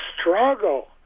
struggle